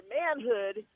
manhood